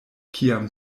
kiam